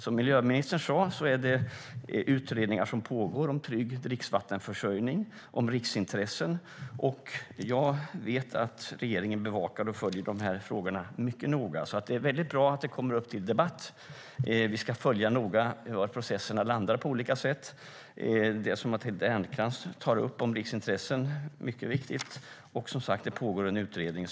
Som miljöministern sade är det utredningar som pågår om trygg dricksvattenförsörjning och om riksintressen. Jag vet att regeringen bevakar och följer de här frågorna mycket noga. Det är bra att det kommer upp till debatt. Vi ska följa noga vad processerna landar i. Det Matilda Ernkrans tar upp om riksintressen är mycket viktigt. Det pågår som sagt en utredning.